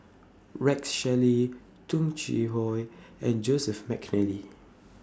Rex Shelley Tung Chye Hong and Joseph Mcnally